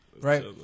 Right